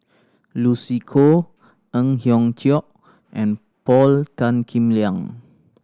Lucy Koh Ang Hiong Chiok and Paul Tan Kim Liang